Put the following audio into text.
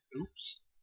Oops